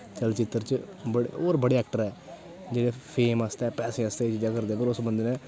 चलचित्तर च होर बड़े चरित्तर ऐ जेह्ड़े फेम आस्तै पैसै आस्तै चीजां करदा पर उस बंदे नै